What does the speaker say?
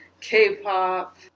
K-pop